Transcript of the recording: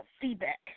feedback